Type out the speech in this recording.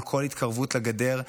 על כל התקרבות לגדר,